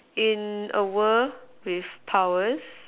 in a world with powers